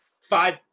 five